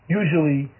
usually